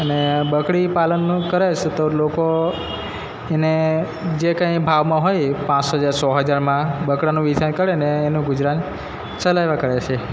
અને બકરી પાલનનું કરે છે તો લોકો એને જે કાંઈ ભાવમાં હોય પાંચ હજાર છ હજારમાં બકરાનું વેચાણ કરે ને એનું ગુજરાન ચલાવ્યા કરે છે